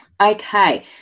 Okay